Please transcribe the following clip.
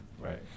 Right